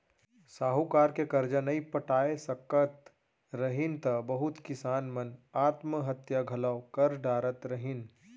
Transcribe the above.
साहूकार के करजा नइ पटाय सकत रहिन त बहुत किसान मन आत्म हत्या घलौ कर डारत रहिन